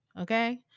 Okay